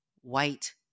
white